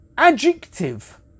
Adjective